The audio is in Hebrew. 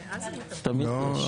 --- לא.